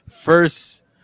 First